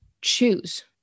choose